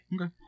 Okay